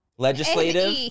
Legislative